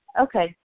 Okay